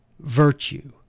Virtue